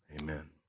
amen